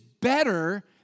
better